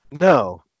no